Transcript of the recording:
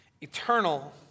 eternal